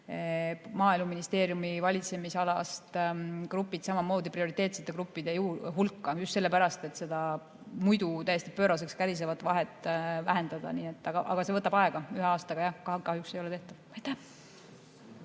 Maaeluministeeriumi valitsemisalast teatud grupid prioriteetsete gruppide hulka – just sellepärast, et seda muidu täiesti pööraseks kärisevat vahet vähendada. Aga see võtab aega, ühe aastaga see kahjuks ei ole tehtav. Aitäh!